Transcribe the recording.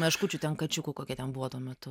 meškučių ten kačiukų kokia ten buvo tuo metu